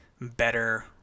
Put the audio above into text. better